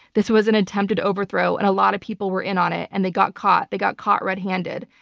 this was an attempted overthrow and a lot of people were in on it and they got caught. they got caught red-handed.